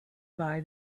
buy